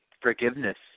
forgiveness